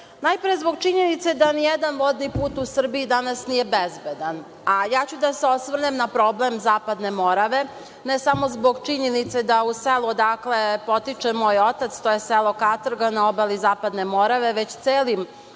itd. Najpre, zbog činjenice da nijedan vodni put u Srbiji danas nije bezbedan, a ja ću da se osvrnem na problem Zapadne Morave, ne samo zbog činjenice da u selu odakle potiče moj otac, to je selo Katrga na obali Zapadne Morave, već celim